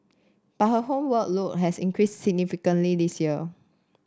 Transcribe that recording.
but her homework load has increased significantly this year